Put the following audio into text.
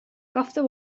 kaften